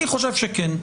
אני חושב שכן.